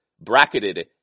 bracketed